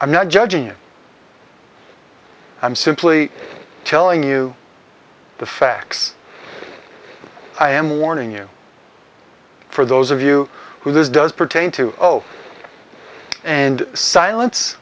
i'm not judging it i'm simply telling you the facts i am warning you for those of you who this does pertain to zero and silence